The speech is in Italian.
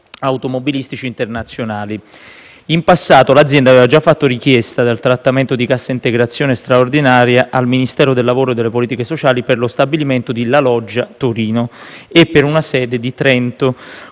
automobilistici internazionali. In passato, l'azienda, aveva già fatto richiesta del trattamento di cassa integrazione guadagni straordinaria (CIGS) al Ministero del lavoro e delle politiche sociali per lo stabilimento di La Loggia (Torino) e per una sede di Trento,